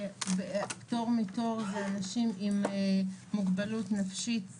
פטור מתור זה אנשים עם מוגבלות נפשית,